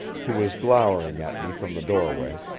who was glowering at me from the doorway,